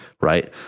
right